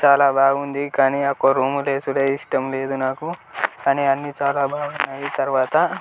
చాలా బాగుంది కానీ ఒక రూములో వేయడమే ఇష్టం లేదు నాకు కానీ అన్నీ చాలా బాగున్నాయి తరువాత